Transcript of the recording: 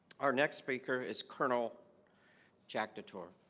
our next speaker is colonel jack couture